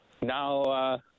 now